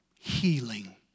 healing